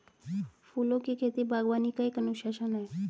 फूलों की खेती, बागवानी का एक अनुशासन है